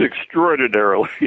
extraordinarily